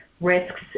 risks